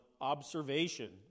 Observation